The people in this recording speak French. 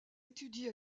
étudie